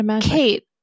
Kate